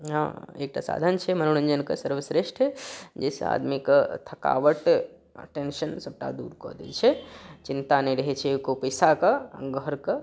हँ एकटा साधन छै मनोरंजन के सर्वश्रेष्ठ जाहिसऽ आदमी के थकावट आ टेंशन सबटा दूर कऽ दै छै चिंता नहि रहै छै एको पैसा के घर के